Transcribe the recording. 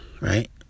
right